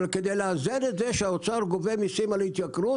אבל כדי לאזן את זה שהאוצר גובה מיסים על ההתייקרות